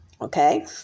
Okay